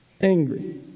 angry